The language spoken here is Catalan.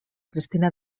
cristina